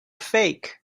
fake